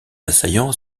assaillants